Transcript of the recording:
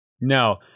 No